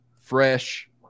fresh